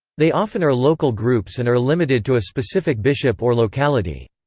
they often are local groups and are limited to a specific bishop or locality.